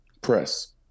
press